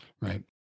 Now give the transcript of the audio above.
Right